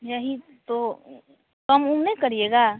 यही तो कम उम नहीं करिएगा